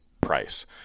price